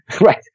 Right